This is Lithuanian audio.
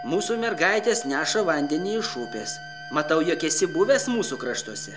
mūsų mergaitės neša vandenį iš upės matau jog esi buvęs mūsų kraštuose